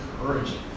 encouraging